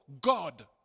God